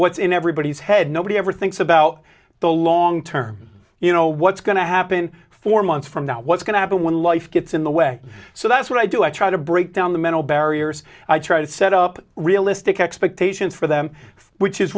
what's in everybody's head nobody ever thinks about the long term you know what's going to happen four months from now what's going to happen when life gets in the way so that's what i do i try to break down the mental barriers i try to set up realistic expectations for them which is